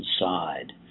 inside